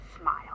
Smile